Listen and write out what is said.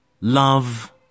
love